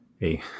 Hey